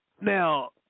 Now